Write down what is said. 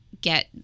get